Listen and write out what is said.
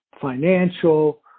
financial